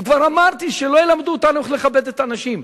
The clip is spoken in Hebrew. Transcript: וכבר אמרתי שלא ילמדו אותנו איך לכבד את הנשים.